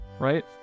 Right